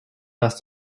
dass